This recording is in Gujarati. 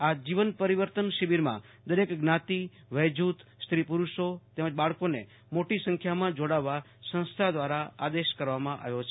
આ જીવન પરિવર્તન શિબિરમાં દરેક જ્ઞાતિ વયજૂથ સ્ત્રી પુરુષ બાળકો મોટી સંખ્યામાં જોડવા સંસ્થા દ્વારા અનુરોધ કરવામાં આવ્યો છે